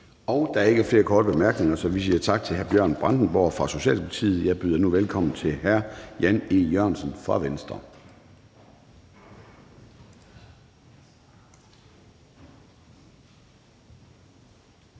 Der er ikke flere korte bemærkninger, så vi siger tak til hr. Bjørn Brandenborg fra Socialdemokratiet. Jeg byder nu velkommen til hr. Jan E. Jørgensen fra Venstre. Kl.